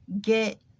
get